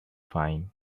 find